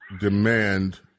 demand